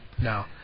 No